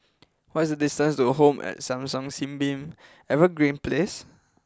what is the distance to Home at Hong San Sunbeam Evergreen Place